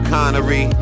Connery